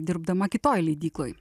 dirbdama kitoj leidykloj